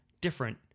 different